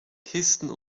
kisten